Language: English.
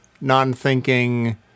non-thinking